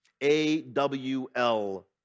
A-W-L